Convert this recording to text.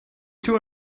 two